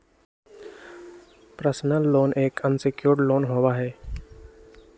personal loan एक unsecured loan होबा हई